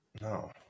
no